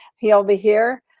he'll be here.